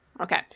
Okay